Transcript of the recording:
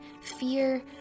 fear